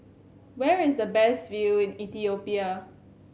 where is the best view Ethiopia